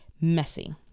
Messy